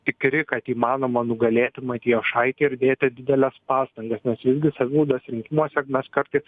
tikri kad įmanoma nugalėti matijošaitį ir dėti dideles pastangas nes visgi savivaldos rinkimuose mes kartais